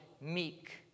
meek